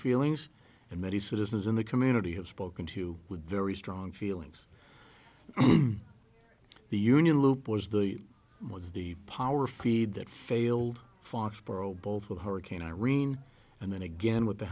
feelings and many citizens in the community have spoken to with very strong feelings the union loop was the was the power feed that failed foxborough both with hurricane irene and then again with the